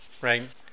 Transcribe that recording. right